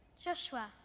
Joshua